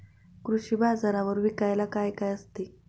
कृषी बाजारावर विकायला काय काय असते?